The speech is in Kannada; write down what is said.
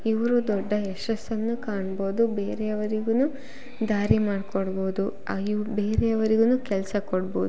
ಇವರು ದೊಡ್ಡ ಯಶಸ್ಸನ್ನು ಕಾಣ್ಬೋದು ಬೇರೆಯವರಿಗು ದಾರಿ ಮಾಡಿಕೊಡ್ಬೋದು ಆಯು ಬೇರೆಯವರಿಗು ಕೆಲಸ ಕೊಡ್ಬೋದು